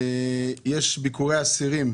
בנושא ביקורי אסירים,